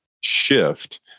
shift